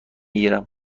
گیرم